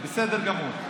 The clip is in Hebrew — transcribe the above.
בסדר גמור.